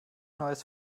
neues